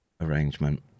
arrangement